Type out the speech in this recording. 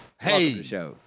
Hey